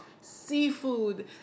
seafood